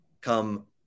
come